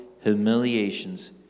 humiliations